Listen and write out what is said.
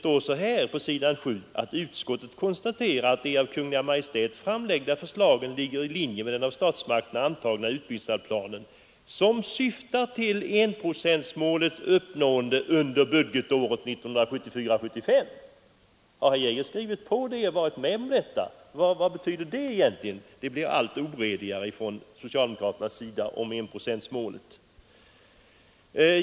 På s. 7 heter det: ”Utskottet konstaterar att de av Kungl. Maj:t framlagda förslagen ligger i linje med den av statsmakterna antagna utbyggnads planen, som syftar till enprocentsmålets uppnående under budgetåret Nr 72 1974/75.” Har herr Geijer skrivit på och varit med om detta? Vad Onsdagen den betyder det egentligen? I fråga om enprocentsmålet blir det allt oredigare 25 april 1973 från socialdemokraternas sida.